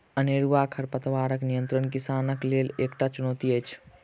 अनेरूआ खरपातक नियंत्रण किसानक लेल एकटा चुनौती अछि